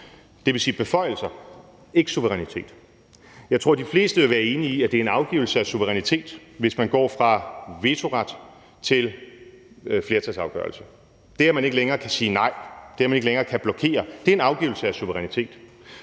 at det er beføjelser, ikke suverænitet. Jeg tror, de fleste vil være enige i, at det er en afgivelse af suverænitet, hvis man går fra vetoret til flertalsafgørelse. Det, at man ikke længere kan sige nej, og det, at man ikke længere kan blokere, er en afgivelse af suverænitet,